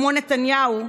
כמו נתניהו,